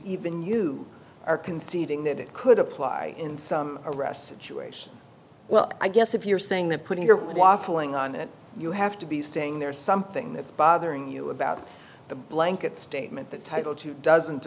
even you are conceding that it could apply in some arrests shueisha well i guess if you're saying that putting your waffling on it you have to be saying there's something that's bothering you about the blanket statement that title too doesn't